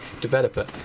developer